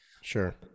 Sure